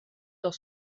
dans